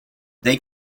they